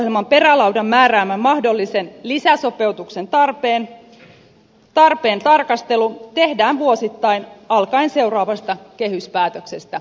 hallitusohjelman perälaudan määräämän mahdollisen lisäsopeutuksen tarpeen tarkastelu tehdään vuosittain alkaen seuraavasta kehyspäätöksestä ensi talvena